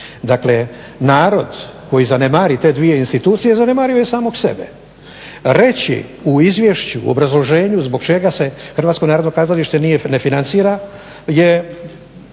Dakle narod koji zanemari te dvije institucije zanemario je samog sebe. Reći u izvješću, obrazloženju zbog čega se Hrvatsko narodno kazalište ne financira je